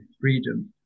freedom